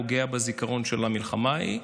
פשוט פוגע בזיכרון של המלחמה ההיא,